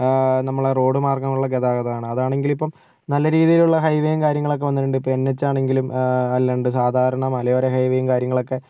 നമ്മളെ റോഡ് മാര്ഗ്ഗമുള്ള ഗതാഗതമാണ് അതാണെങ്കില് ഇപ്പം നല്ല രീതിയുലുള്ള ഹൈ വേയും കാര്യങ്ങളൊക്കെ ഇപ്പം വന്നിട്ടുണ്ട് എന് എച്ച് ആണെങ്കിലും അല്ലാണ്ട് സാധാരണ മലയോര ഹൈ വേയും കാര്യങ്ങളും ഒക്കെ